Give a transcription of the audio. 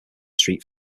street